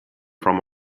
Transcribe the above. from